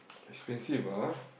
expensive ah